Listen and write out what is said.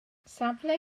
safle